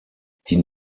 die